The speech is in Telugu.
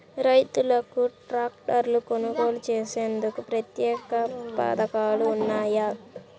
రైతులకు ట్రాక్టర్లు కొనుగోలు చేసేందుకు ప్రత్యేక పథకాలు ఉన్నాయా?